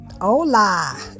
Hola